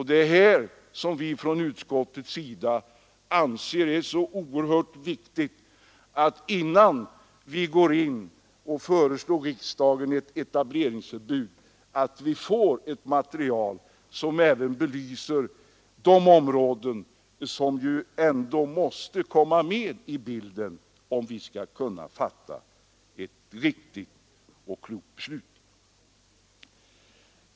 Det är därför som vi från utskottsmajoritetens sida anser det vara så oerhört viktigt att vi, innan vi föreslår riksdagen att fatta beslut om ett etableringsförbud, får ett material som även belyser de andra områden som ändå måste komma med i bilden om man skall kunna fatta ett klokt beslut.